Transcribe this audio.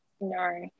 No